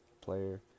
player